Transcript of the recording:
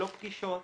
לא פגישות,